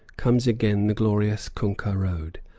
comes again the glorious kunkah road,